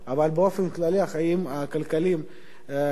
אבל באופן כללי החיים הכלכליים של